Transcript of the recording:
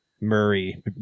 Murray